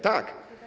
Tak.